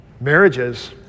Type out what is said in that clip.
marriages